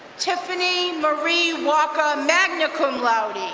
tiffany marie walker, magna cum laude.